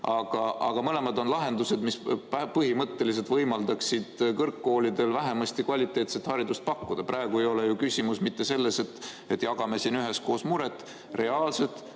aga mõlemad on lahendused, mis põhimõtteliselt võimaldaksid kõrgkoolidel vähemasti kvaliteetset haridust pakkuda. Praegu ei ole ju küsimus mitte selles, et jagame siin üheskoos muret. Reaalselt